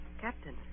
Captain